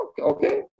okay